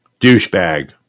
Douchebag